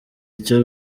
icyo